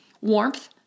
warmth